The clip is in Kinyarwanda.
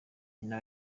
nyina